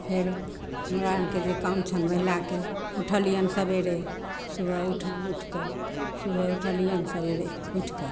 फेर हमरा अरके जे काम छनि महिलाके उठलियनि सबेरे सुबह उठि उठिके सुबह उठलियनि सबेरे उठिके